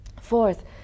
Fourth